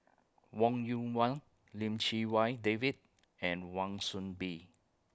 Wong Yoon Wah Lim Chee Wai David and Wan Soon Bee